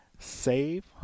Save